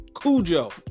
Cujo